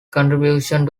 contribution